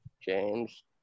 James